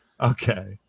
okay